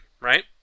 right